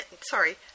sorry